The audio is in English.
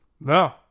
No